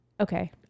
Okay